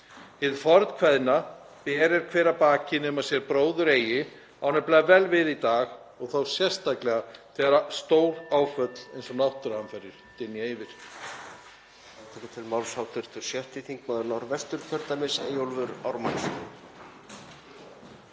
fornkveðna, ber er hver að baki nema sér bróður eigi, á nefnilega vel við í dag og þá sérstaklega þegar stóráföll eins og náttúruhamfarir dynja yfir.